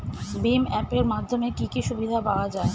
ভিম app এর মাধ্যমে কি কি সুবিধা পাওয়া যায়?